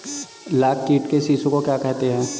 लाख कीट के शिशु को क्या कहते हैं?